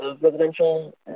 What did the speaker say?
residential